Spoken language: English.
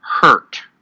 hurt